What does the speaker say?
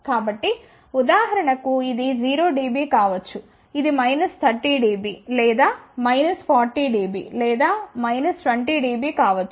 కాబట్టి ఉదాహరణకు ఇది 0 dB కావచ్చు ఇది మైనస్ 30 dB లేదా మైనస్ 40 dB లేదా మైనస్ 20 dB కావచ్చు